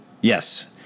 Yes